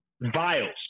vials